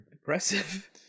Depressive